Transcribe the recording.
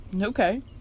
Okay